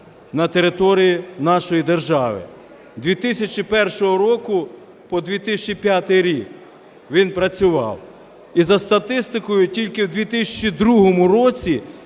на території нашої держави, з 2001 року по 2005 рік він працював. І за статистикою, тільки у 2002 році